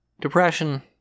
Depression